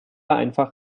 einfach